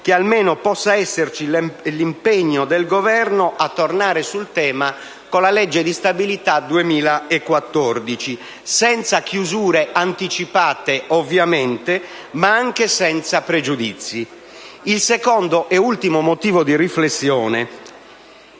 che almeno possa esserci l'impegno del Governo a tornare sul tema con la legge di stabilità per il 2014, senza chiusure anticipate, ovviamente, ma anche senza pregiudizi. Passo al secondo e ultimo motivo di riflessione: